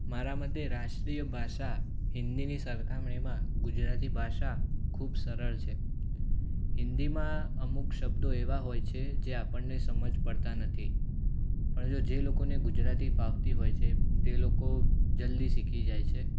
મારા માટે રાષ્ટ્રીય ભાષા હિન્દીની સરખામણીમાં ગુજરાતી ભાષા ખૂબ સરળ છે હિન્દીમાં અમૂક શબ્દો એવા હોય છે જે આપણને સમજ પડતા નથી પણ જો જે લોકોને ગુજરાતી ફાવતી હોય છે તે લોકો જલ્દી શીખી જાય છે